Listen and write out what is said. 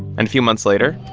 and a few months later,